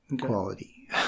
quality